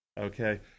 Okay